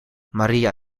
maria